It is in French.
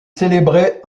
célébré